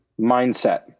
mindset